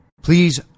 Please